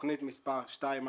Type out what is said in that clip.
תוכנית מספר 244004,